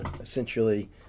essentially